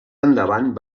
endavant